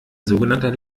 sogenannter